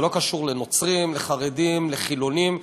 זה לא קשור לנוצרים, לחרדים, לחילונים.